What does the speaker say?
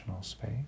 space